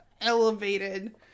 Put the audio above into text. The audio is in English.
elevated